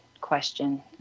question